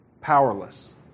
powerless